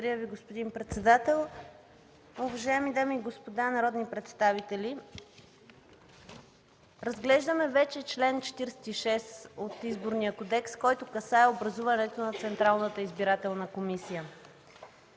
Благодаря Ви, господин председател. Уважаеми дами и господа народни представители! Вече разглеждаме чл. 46 от Изборния кодекс, който касае образуването на Централната избирателна комисия.